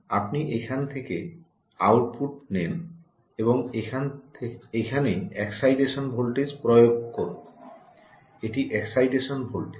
আপনি এখান থেকে আউটপুট নেন এবং এখানে এক্সাইটেশন ভোল্টেজ প্রয়োগ করুন এটি এক্সাইটেশন ভোল্টেজ